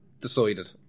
decided